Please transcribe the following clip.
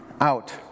out